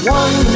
one